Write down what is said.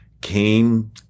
came